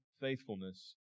faithfulness